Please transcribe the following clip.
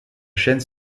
chaîne